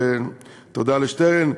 ותודה לשטרן,